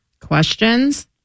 Questions